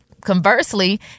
Conversely